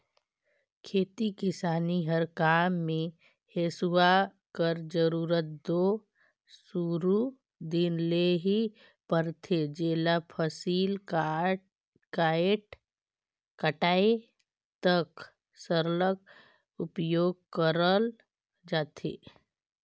खेती किसानी कर काम मे हेसुवा कर जरूरत दो सुरू दिन ले ही परथे जेला फसिल कटाए तक सरलग उपियोग करल जाथे